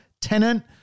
tenant